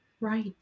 Right